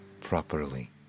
properly